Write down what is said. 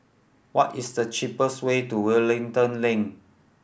what is the cheapest way to Wellington Link